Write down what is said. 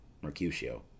Mercutio